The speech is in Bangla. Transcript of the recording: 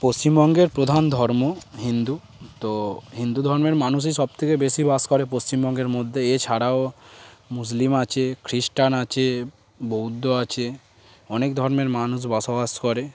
পশ্চিমবঙ্গের প্রধান ধর্ম হিন্দু তো হিন্দু ধর্মের মানুষই সবথেকে বেশি বাস করে পশ্চিমবঙ্গের মধ্যে এছাড়াও মুসলিম আছে খ্রিস্টান আছে বৌদ্ধ আছে অনেক ধর্মের মানুষ বসবাস করে